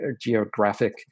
geographic